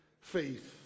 faith